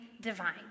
divine